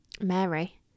mary